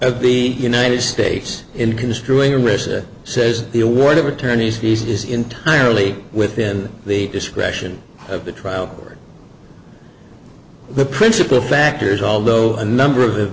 of the united states in construing risk says the award of attorney's fees is entirely within the discretion of the trial or the principal factors although a number of the